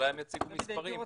אולי הם יציגו מספרים,